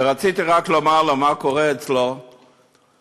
ורציתי רק לומר לו מה קורה אצלו בתחבורה,